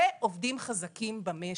אלה עובדים חזקים במשק.